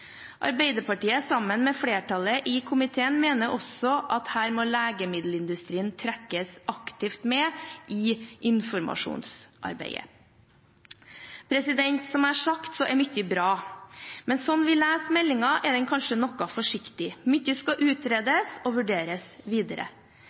Arbeiderpartiet, sammen med flertallet i komiteen, mener også at her må legemiddelindustrien trekkes aktivt med i informasjonsarbeidet. Som jeg har sagt, er mye bra! Men slik vi leser meldingen, er den kanskje noe forsiktig, mye skal